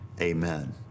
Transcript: amen